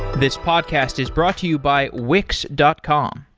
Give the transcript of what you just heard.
this podcast is brought to you by wix dot com.